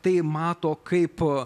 tai mato kaip